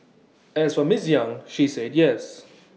as for miss yang she said yes